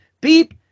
beep